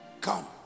come